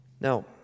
Now